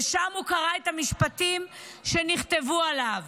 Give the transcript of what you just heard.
ושם הוא קרא את המשפטים שנכתבו עליו: